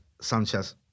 Sanchez